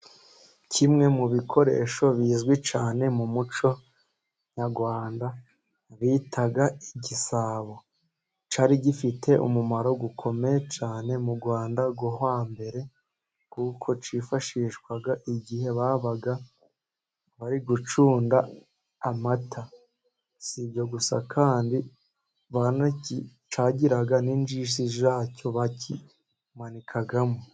Kimwe mu bikoresho bizwi cyane mu muco nyarwanda bita igisabo cyari gifite umumaro ukomeye cyane mu rwanda rwo hambere, kuko cyifashishwaga igihe babaga bari gucunda amata. Si ibyo gusa kandi, cyagiraga n'injishi zacyo bakimanikagamo.